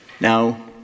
Now